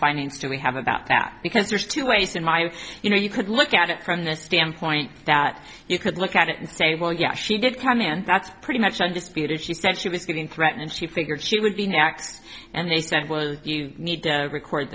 to we have about that because there's two ways in my you know you could look at it from the standpoint that you could look at it and say well yeah she did come in that's pretty much undisputed she said she was getting threatened she figured she would be next and they said well you need to record